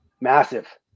massive